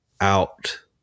out